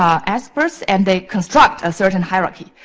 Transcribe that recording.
um experts and they construct a certain hierarchy.